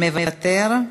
מוותר.